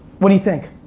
what do you think?